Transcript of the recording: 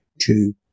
two